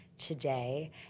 today